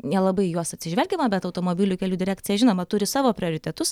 nelabai į juos atsižvelgiama bet automobilių kelių direkcija žinoma turi savo prioritetus